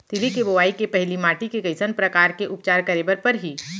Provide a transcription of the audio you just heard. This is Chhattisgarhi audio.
तिलि के बोआई के पहिली माटी के कइसन प्रकार के उपचार करे बर परही?